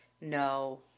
no